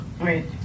Right